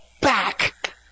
back